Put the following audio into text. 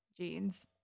jeans